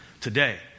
Today